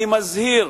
אני מזהיר,